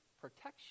protection